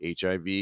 HIV